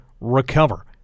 recover